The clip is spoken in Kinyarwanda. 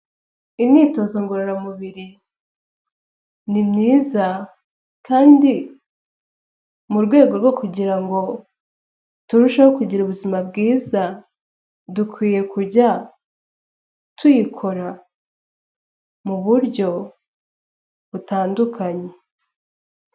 Imyitozo ngororamubiri ni myiza kandi mu rwego rwo kugira ngo turusheho kugira ubuzima bwiza, dukwiye kujya tuyikora mu buryo butandukanye.